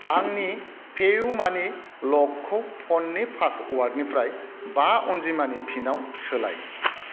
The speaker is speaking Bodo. आंनि पेइउ मानि लकखौ फननि पासवार्डनिफ्राय बा अनजिमानि पिनाव सोलाय